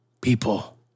People